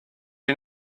you